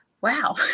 Wow